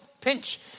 pinch